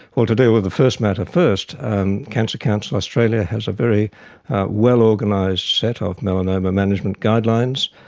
well, to deal with the first matter first, and cancer council australia has a very well organised set of melanoma management guidelines,